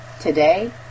today